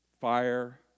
fire